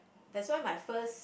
that's why my first